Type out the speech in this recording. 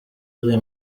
ari